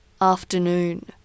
afternoon